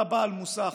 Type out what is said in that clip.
בא בעל מוסך,